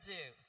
Zoo